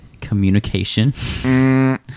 communication